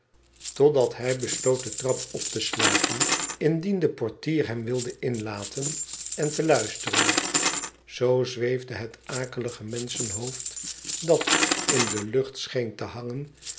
totdat hij besloot de trap op te sluipen indien de portier hem wilde inlaten en te luisteren zoo zweefde het akelige menschenhoofd dat in de lucht scheen te hangen